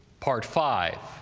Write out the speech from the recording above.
part five,